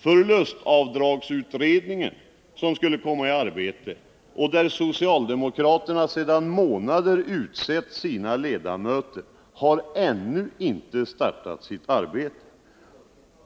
Förlustavdragsutredningen, där socialdemokraterna för månader sedan utsett sina ledamöter, har ännu inte startat sitt arbete.